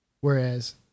Whereas